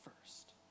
first